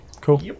Cool